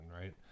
right